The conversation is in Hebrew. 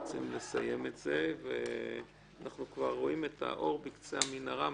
אנחנו רוצים לסיים את זה ואנחנו כבר רואים את האור בקצה המנהרה.